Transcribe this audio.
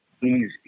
easy